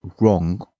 wrong